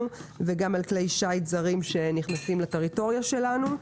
וגם על כלי זרים שנכנסים לטריטוריה שלנו.